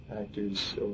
actors